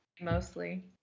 mostly